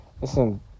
Listen